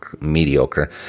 mediocre